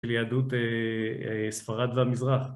של יהדות ספרד והמזרח.